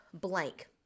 blank